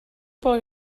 pel